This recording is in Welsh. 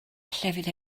llefydd